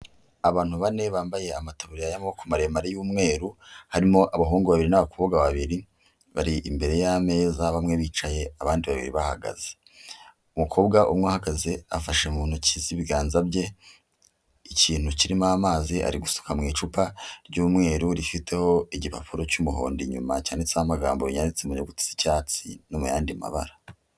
Abantu bane bambaye amataburiya y'amaboko maremare y'umweru, harimo abahungu babiri n'abakobwa babiri, bari imbere y'ameza bamwe bicaye abandi babiri bahagaze, umukobwa umwe uhagaze afashe mu ntoki z'ibiganza bye ikintu kirimo amazi, ari gusuka mu icupa ry'umweru, rifiteho igipapuro cy'umuhondo inyuma cyanditseho amagambo yanyanditse mu nyuguti z'icyatsi no mu yandi mabara.